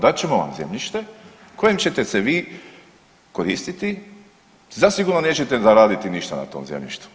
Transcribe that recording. Dat ćemo vam zemljište kojim ćete se vi koristiti, zasigurno nećete zaraditi ništa na tom zemljištu.